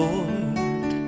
Lord